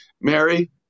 Mary